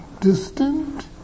distant